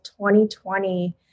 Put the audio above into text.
2020